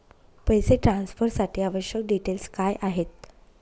पैसे ट्रान्सफरसाठी आवश्यक डिटेल्स काय आहेत?